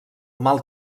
mal